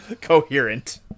coherent